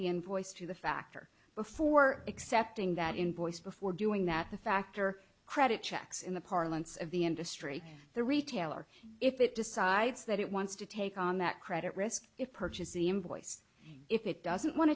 invoice to the factor before accepting that invoice before doing that the fact or credit checks in the parlance of the industry the retailer if it decides that it wants to take on that credit risk it purchase the invoice if it doesn't want